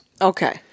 Okay